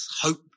hope